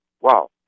Wow